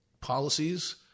policies